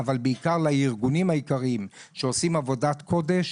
ובעיקר לארגונים היקרים שעושים עבודת קודש,